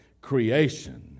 creation